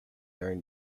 during